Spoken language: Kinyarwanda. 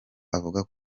avuga